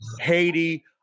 Haiti